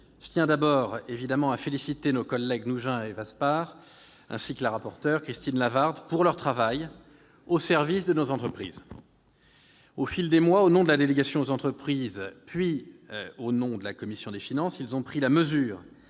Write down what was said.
je tiens tout d'abord à féliciter nos collègues Claude Nougein et Michel Vaspart, ainsi que Mme la rapporteur, Christine Lavarde, pour leur travail au service de nos entreprises. Au fil des mois, au nom de la délégation aux entreprises, puis au sein de la commission des finances, ils ont pris la mesure